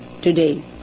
today